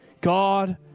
God